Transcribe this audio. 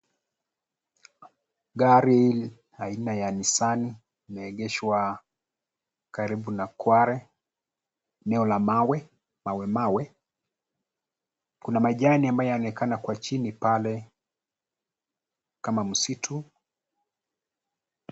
Gari hili aina ya Nisani limeegeshwa karibu na kware. Eneo la mawe, mawemawe, kuna majani ambayo yaonekana kwa chini pale kama msitu.